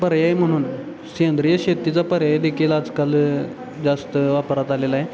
पर्याय म्हणून सेंद्रिय शेतीचा पर्याय देखील आजकाल जास्त वापरात आलेला आहे